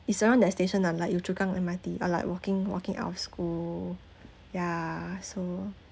it's around that station ah like yio chu kang mrt uh like walking walking out of school ya so